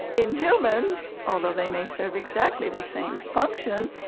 in humans, although they may serve exactly the same function,